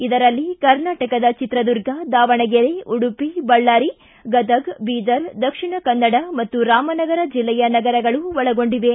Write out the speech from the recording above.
ಇದರಲ್ಲಿ ಕರ್ನಾಟಕದ ಚಿತ್ರದುರ್ಗ ದಾವಣಗೆರೆ ಉಡುಪಿ ಬಳ್ಳಾರಿ ಗದಗ್ ಬೀದರ್ ದಕ್ಷಿಣ ಕನ್ನಡ ಮತ್ತು ರಾಮನಗರ ಜಿಲ್ಲೆಯ ನಗರಗಳು ಒಳಗೊಂಡಿವೆ